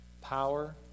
Power